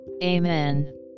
Amen